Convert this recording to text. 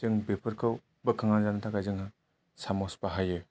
जों बेफोरखौ बोखांना जानो थाखाय जों साम'ज बाहायो